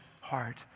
heart